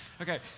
Okay